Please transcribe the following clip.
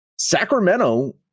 Sacramento